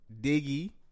Diggy